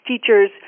teachers